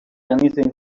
anything